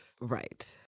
Right